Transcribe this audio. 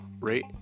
rate